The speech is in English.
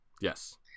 Yes